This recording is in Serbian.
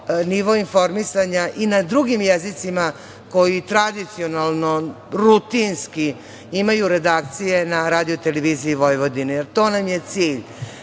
nivo informisanja i na drugim jezicima koji tradicionalno, rutinski imaju redakcije na RT Vojvodini. To nam je cilj,